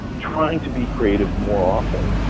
trying to be creative more often,